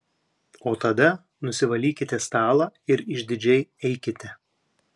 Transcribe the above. o tada nusivalykite stalą ir išdidžiai eikite